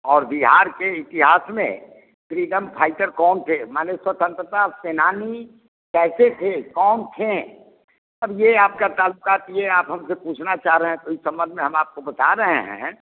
और बिहार के इतिहास में फ्रीडम फाइटर कौन थे माने स्वतंत्रता सेनानी कैसे थे कौन थे अब यह आपका तालुकात यह आप हमसे पूछना चाह रहे हैं तो इस संबंध में हम आपको बता रहे हैं